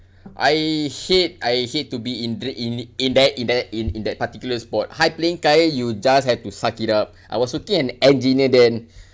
I hate I hate to be in the in in that in that in in that particular spot you just have to suck it up I was so t an engineer then